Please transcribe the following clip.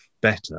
better